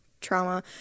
trauma